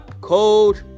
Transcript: code